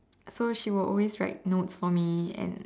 so she will always write notes for me and